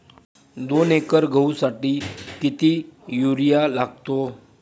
दोन एकर गहूसाठी किती युरिया लागतो?